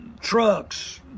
Trucks